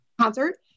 concert